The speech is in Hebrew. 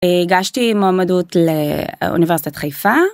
הגשתי מועמדות לאוניברסיטת חיפה.